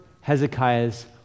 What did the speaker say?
Hezekiah's